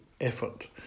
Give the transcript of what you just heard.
effort